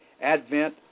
advent